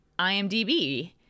imdb